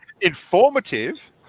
Informative